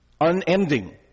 unending